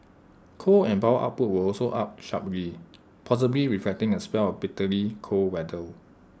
coal and power output were also up sharply possibly reflecting A spell of bitterly cold weather